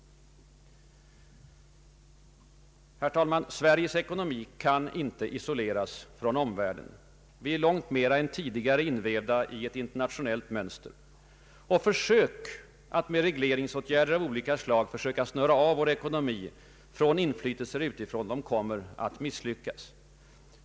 Herr talman! Sveriges ekonomi kan inte isoleras från omvärlden. Vi är långt mer än tidigare invävda i ett internationellt mönster. Försök att med regleringsåtgärder av olika slag avsnöra vår ekonomi från inflytelser utifrån kommer att misslyckas.